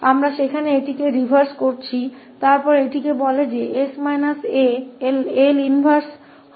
तो हम सिर्फ इस पीछे कर रहे हैं तो यह कहते हैं 𝐹𝑠 − 𝑎 का L इनवर्स eat𝑓𝑡 होगा